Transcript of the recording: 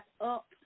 up